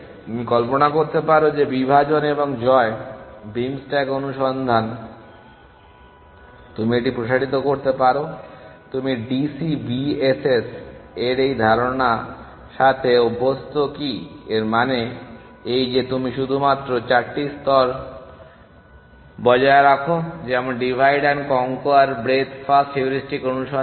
তুমি কল্পনা করতে পারো যে বিভাজন এবং জয় বিম স্ট্যাক অনুসন্ধান তুমি এটি প্রসারিত করতে পারো তুমি DC BSS এর এই ধারণার সাথে অভ্যস্ত কি এর মানে এই যে এটি শুধুমাত্র 4টি স্তর বজায় রাখে যেমন ডিভাইড এবং কনক্যুয়ার ব্রেডথ ফার্স্ট হিউরিস্টিক অনুসন্ধান